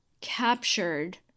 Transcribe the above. captured